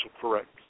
correct